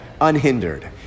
unhindered